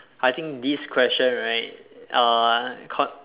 I think this question right uh cause